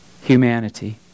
humanity